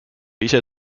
ise